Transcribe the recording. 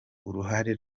uruhare